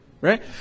Right